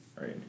right